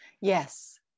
Yes